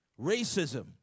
racism